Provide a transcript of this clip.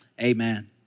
Amen